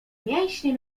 mięśnie